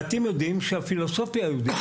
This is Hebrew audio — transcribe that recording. מעטים יודעים שהפילוסופיה היהודית,